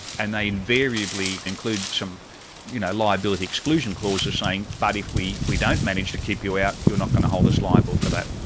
and they invariably include some you know liability exclusion clauses saying, but if we we don't manage to keep you ah out, you' re not going to hold us liable for that.